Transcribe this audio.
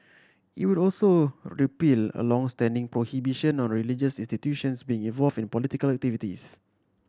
it would also repeal a long standing prohibition on religious institutions being involve in political activities